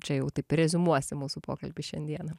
čia jau taip ir reziumuosim mūsų pokalbį šiandieną